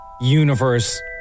universe